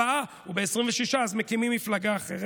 הוא ב-24, הוא ב-26, אז מקימים מפלגה אחרת.